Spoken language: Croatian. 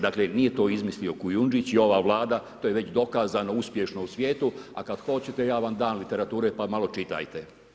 Dakle, nije to izmislio Kujundžić i ova Vlada, to je već dokazano uspješno u svijetu a kad hoćete, ja vam dam literature pa malo čitajte.